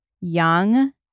young